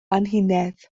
anhunedd